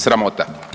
Sramota.